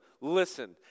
listen